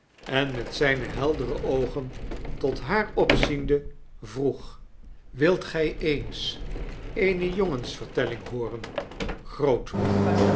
en met zijne heldere oogen tot haar opziende vroeg wilt gy eens eene jongensvertelling hooren grootmoe